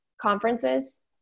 conferences